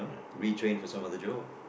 retrain for some other job